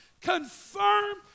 confirm